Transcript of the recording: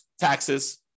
taxes